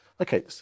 okay